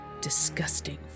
disgusting